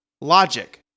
logic